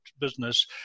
business